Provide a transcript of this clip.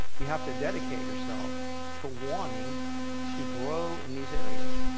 you have to dedicate yourself to wanting to grow in these areas.